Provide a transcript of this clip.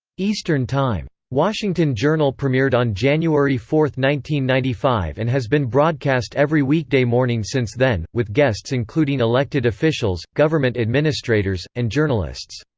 eastern time. washington journal premiered on january four, one ninety five and has been broadcast every weekday morning since then, with guests including elected officials, government administrators, and journalists.